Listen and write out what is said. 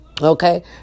Okay